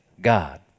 God